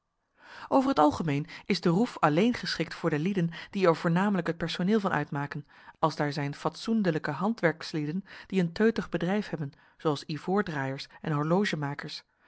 over het algemeen is de roef alleen geschikt voor de lieden die er voornamelijk het personeel van uitmaken als daar zijn fatsoendelijke handwerkslieden die een teutig bedrijf hebben zooals ivoordraaiers en horlogemakers